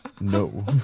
No